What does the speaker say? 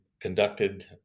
conducted